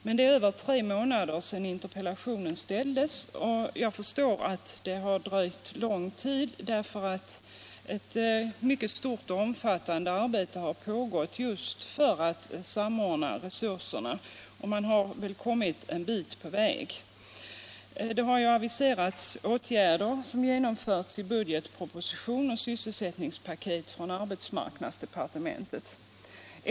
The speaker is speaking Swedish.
Men det är över tre månader sedan interpellationen framställdes, och jag förstår att det har tagit lång tid, eftersom ett mycket stort och omfattande arbete har pågått för att samordna resurserna. Man har väl också kommit ett stycke på väg. Det har i budgetpropositionen aviserats och i sysselsättningspaketet från arbetsmarknadsdepartementet genomförts åtgärder.